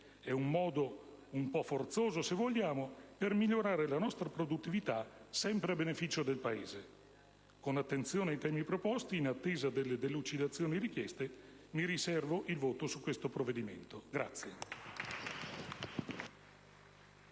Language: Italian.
È un modo un po' forzoso, se vogliamo, per migliorare la nostra produttività sempre a beneficio del Paese. Con attenzione ai temi proposti, in attesa delle delucidazioni richieste, mi riservo il voto su questo provvedimento.